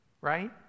right